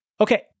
Okay